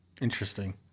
Interesting